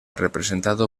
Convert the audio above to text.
representado